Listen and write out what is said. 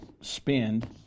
spend